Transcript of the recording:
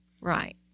Right